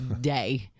day